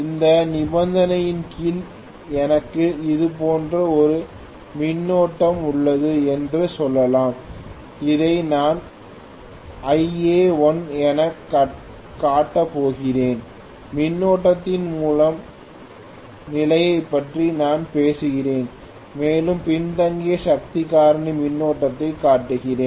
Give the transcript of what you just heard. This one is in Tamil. இந்த நிபந்தனையின் கீழ் எனக்கு இது போன்ற ஒரு மின்னோட்டம் உள்ளது என்று சொல்லலாம் இதை நான் Ia1 எனக் காட்டப் போகிறேன் மின்னோட்டத்தின் முதல் நிலையைப் பற்றி நான் பேசுகிறேன் மேலும் பின்தங்கிய சக்தி காரணி மின்னோட்டத்தைக் காட்டுகிறேன்